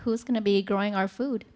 who's going to be growing our food